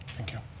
thank you.